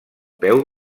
peu